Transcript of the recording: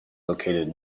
located